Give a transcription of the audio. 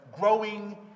Growing